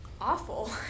awful